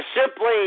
simply